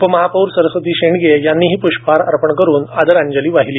उपमहापौर सरस्वती शेंडगे यांनीही प्ष्पहार अर्पण करून आदरांजली वाहिली